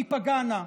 תיפגענה.